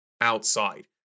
outside